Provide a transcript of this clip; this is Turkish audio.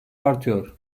artıyor